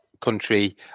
country